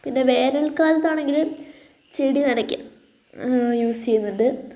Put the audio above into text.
പിന്നെ വേനൽക്കാലത്താണെങ്കിൽ ചെടി നനക്കാൻ യൂസ് ചെയ്യുന്നുണ്ട്